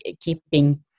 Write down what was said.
keeping